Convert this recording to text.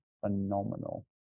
phenomenal